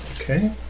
Okay